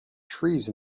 trees